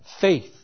faith